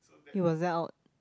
he was out